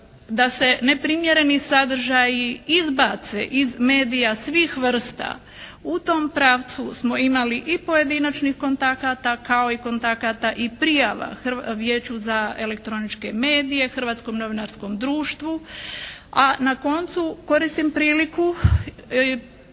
da se neprimjereni sadržaji izbace iz medija svih vrsta. U tom pravcu smo imali i pojedinačnih kontakata kao i kontakata i prijava Vijeću za elektroničke medije, Hrvatskom novinarskom društvu, a na koncu koristim priliku